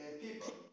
people